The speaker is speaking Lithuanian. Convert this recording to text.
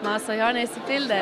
mano svajonė išsipildė